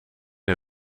een